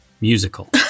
musical